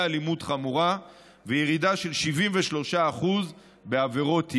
אלימות חמורה וירידה של 73% בעבירות ירי.